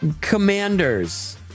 commanders